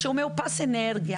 מאופס אנרגיה,